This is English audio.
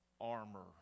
armor